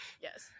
yes